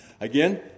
Again